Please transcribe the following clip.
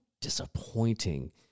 disappointing